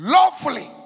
Lawfully